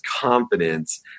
confidence